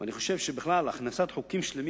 ואני חושב שבכלל הכנסת חוקים שלמים